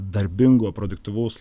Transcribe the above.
darbingo produktyvaus